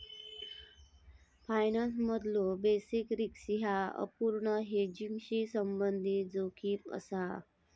फायनान्समधलो basis risk ह्या अपूर्ण हेजिंगशी संबंधित जोखीम असा